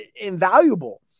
invaluable